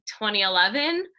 2011